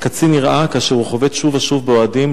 הקצין נראה כאשר הוא חובט שוב ושוב באוהדים,